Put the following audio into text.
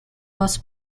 was